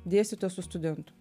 dėstytojas su studentu